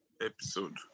episode